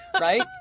right